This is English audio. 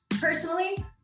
Personally